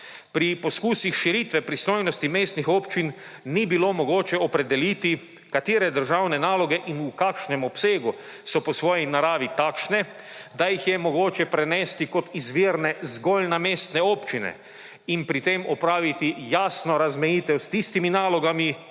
Pri poskusih širitve pristojnosti mestnih občin ni bilo mogoče opredeliti, katere državne naloge in v kakšnem obsegu so po svoji naravi takšne, da jih je mogoče prenesti kot izvirne zgolj na mestne občine in pri tem opraviti jasno razmejitev s tistimi nalogami,